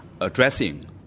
addressing